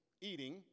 eating